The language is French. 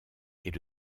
est